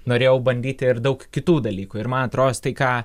norėjau bandyti ir daug kitų dalykų ir man atrodos tai ką